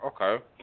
okay